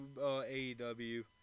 AEW